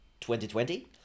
2020